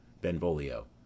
Benvolio